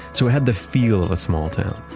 so it had the feel of a small town.